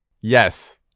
Yes